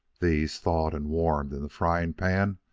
these, thawed and warmed in the frying-pan,